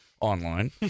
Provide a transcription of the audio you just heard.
online